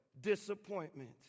disappointment